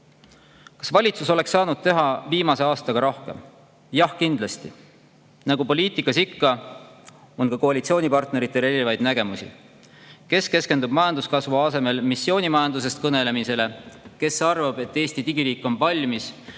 Kas valitsus oleks saanud teha viimase aastaga rohkem? Jah, kindlasti. Nagu poliitikas ikka, on ka koalitsioonipartneritel erinevaid nägemusi. Kes keskendub majanduskasvu asemel missioonimajandusest kõnelemisele, kes arvab, et Eesti digiriik on valmis